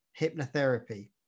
hypnotherapy